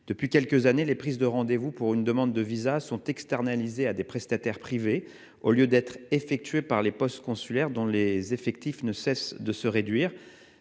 Depuis quelques années, les prises de rendez-vous pour une demande de visa sont externalisées à des prestataires privés, au lieu d'être effectuées par les postes consulaires dont les effectifs ne cessent de se réduire.